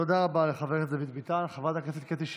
תודה רבה לחבר הכנסת דוד ביטן.